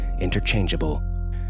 interchangeable